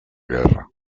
guerra